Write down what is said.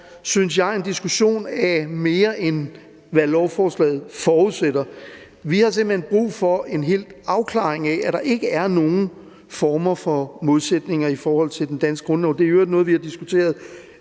synes jeg, en diskussion om mere end det, som lovforslaget forudsætter. Vi har simpelt hen brug for en afklaring af, at der ikke er nogen former for modsætninger i forhold til den danske grundlov. Det er i øvrigt noget, vi har diskuteret